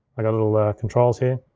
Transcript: i got a little controls here.